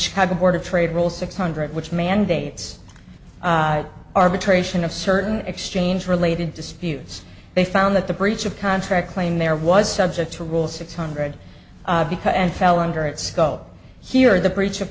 chicago board of trade rules six hundred which mandates arbitration of certain exchange related disputes they found that the breach of contract claim there was subject to rule six hundred because and fell under its skull here the breach of